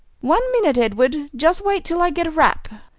one minute, edward just wait till i get a wrap.